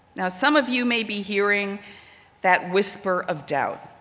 some of you may be hearing that whisper of doubt.